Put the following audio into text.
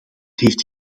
heeft